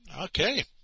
Okay